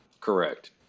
Correct